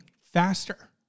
faster